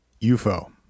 UFO